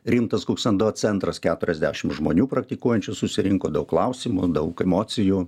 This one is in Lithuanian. rimtas kuksando centras keturiasdešimt žmonių praktikuojančių susirinko daug klausimų daug emocijų